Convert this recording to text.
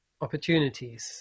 opportunities